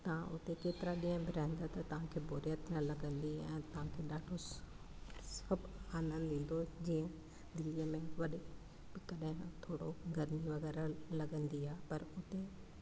तां हुते केतिरा ॾींहं बि रहंदा त तव्हांखे बोरिअत न लॻंदी ऐं तव्हांखे ॾाढो सभु आनंद ईंदो जीअं दिल्लीअ में वॾे कॾहिं थोरो गर्मी वग़ैरह लॻंदी आहे पर उते